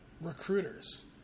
recruiters